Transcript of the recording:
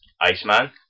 Iceman